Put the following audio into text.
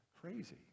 crazy